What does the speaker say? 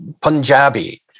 Punjabi